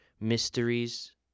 mysteries